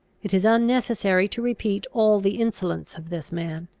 it is unnecessary to repeat all the insolence of this man.